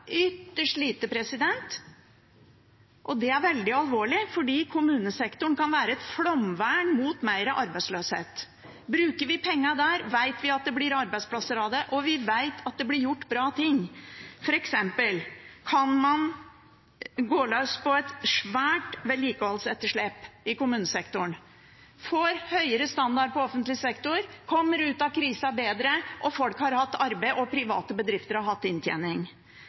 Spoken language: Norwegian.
lite. Det er veldig alvorlig, for kommunesektoren kan være et flomvern mot mer arbeidsløshet. Bruker vi pengene der, vet vi at det blir arbeidsplasser av det, og vi vet at det blir gjort bra ting. For eksempel kan man gå løs på et svært vedlikeholdsetterslep i kommunesektoren, få høyere standard på offentlig sektor, komme ut av krisen bedre, og folk vil ha arbeid og private bedrifter vil ha inntjening.